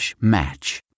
match